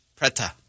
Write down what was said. preta